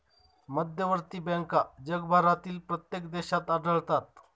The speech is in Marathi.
मध्यवर्ती बँका जगभरातील प्रत्येक देशात आढळतात